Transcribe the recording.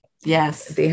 Yes